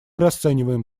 расцениваем